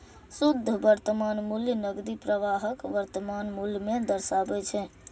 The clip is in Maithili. शुद्ध वर्तमान मूल्य नकदी प्रवाहक वर्तमान मूल्य कें दर्शाबै छै